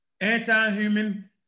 anti-human